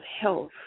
health